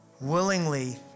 willingly